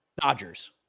Dodgers